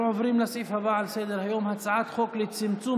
אנחנו עוברים לסעיף הבא בסדר-היום: הצעת חוק לצמצום